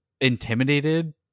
intimidated